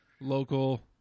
local